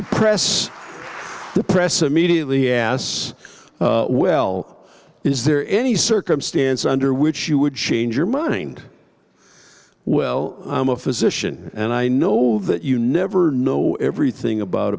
the press the press immediately ass well is there any circumstance under which you would change your mind well i'm a physician and i know that you never know everything about